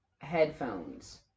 headphones